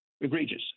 egregious